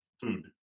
food